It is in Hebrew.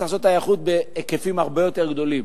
צריך לעשות את ההיערכות בהיקפים הרבה יותר גדולים.